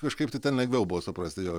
kažkaip tai ten lengviau buvo suprasti jo